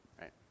right